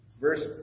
Verse